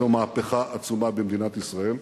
זו מהפכה עצומה במדינת ישראל.